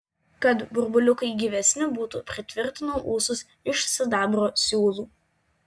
kad burbuliukai gyvesni būtų pritvirtinau ūsus iš sidabro siūlų